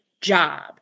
job